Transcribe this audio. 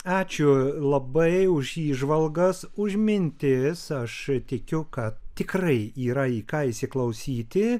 ačiū labai už įžvalgas už mintis aš tikiu kad tikrai yra į ką įsiklausyti